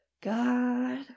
God